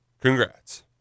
Congrats